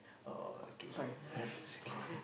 okay